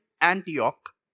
Antioch